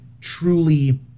truly